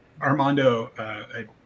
Armando